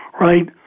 right